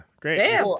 great